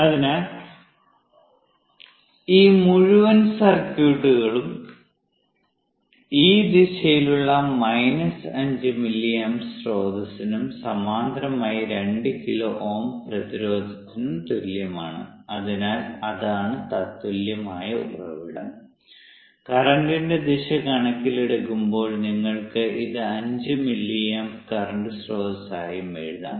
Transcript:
അതിനാൽ ഈ മുഴുവൻ സർക്യൂട്ടും ഈ ദിശയിലുള്ള മൈനസ് 5 മില്ലിയാമ്പ് സ്രോതസ്സ്നും സമാന്തരമായി 2 കിലോ Ω പ്രതിരോധത്തിനും തുല്യമാണ് അതിനാൽ അതാണ് തത്തുല്യമായ ഉറവിടം കറന്റിന്റെ ദിശ കണക്കിലെടുക്കുമ്പോൾ നിങ്ങൾക്ക് ഇത് 5 മില്ലിയാമ്പ് കറന്റ് സ്രോതസ്സ് ആയും എഴുതാം